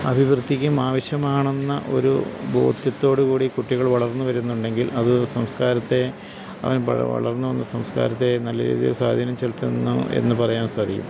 അഭിവൃദ്ധിക്കും ആവശ്യമാണെന്ന ഒരു ബോധ്യത്തോടുകൂടി കുട്ടികൾ വളർന്നുവരുന്നുണ്ടെങ്കിൽ അതു സംസ്കാരത്തെ അവൻ വളർന്നുവന്ന സംസ്കാരത്തെ നല്ല രീതിയിൽ സ്വാധീനം ചെലത്തുന്നു എന്നു പറയാൻ സാധിക്കും